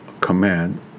command